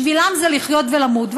בשבילם זה לחיות או למות.